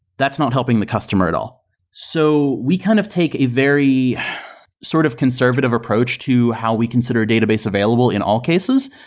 that's not helping the customer at all so we kind of take a very sort of conservative approach to how we consider database available in all cases.